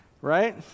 right